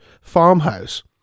farmhouse